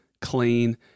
clean